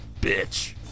bitch